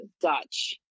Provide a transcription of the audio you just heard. Dutch